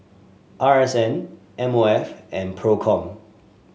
R S N M O F and Procom